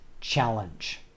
challenge